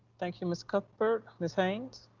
thank you, ms. cuthbert, ms. haynes?